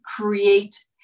create